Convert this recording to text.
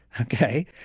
Okay